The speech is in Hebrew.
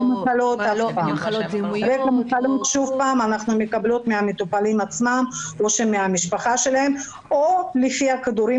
על המחלות אנחנו מקבלות מהמטופלים עצמם או מהמשפחה שלהם או לפי הכדורים